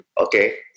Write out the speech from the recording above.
Okay